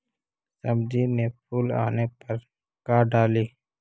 सब्जी मे फूल आने पर का डाली?